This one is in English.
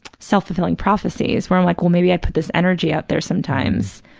self-fulfilling prophecies, where i'm like, well, maybe i put this energy out there sometimes,